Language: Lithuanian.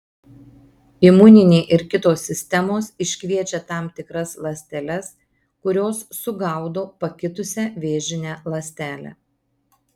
imuninė ir kitos sistemos iškviečia tam tikras ląsteles kurios sugaudo pakitusią vėžinę ląstelę